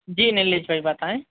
जी नीलेश भाई बताएं